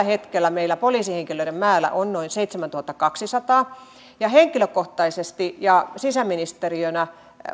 hetkellä meillä poliisihenkilöiden määrä on noin seitsemäntuhattakaksisataa henkilökohtaisesti ja sisäministeriönä